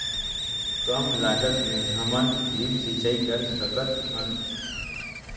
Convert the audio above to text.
कम लागत मे हमन ड्रिप सिंचाई कर सकत हन?